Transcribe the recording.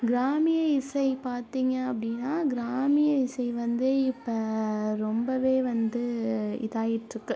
கிராமிய இசை பார்த்திங்க அப்படின்னா கிராமிய இசை வந்து இப்போ ரொம்பவே வந்து இதாயிட்டுருக்கு